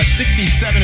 67